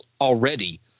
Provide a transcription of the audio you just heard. already